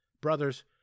Brothers